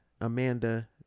amanda